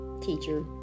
teacher